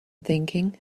thinking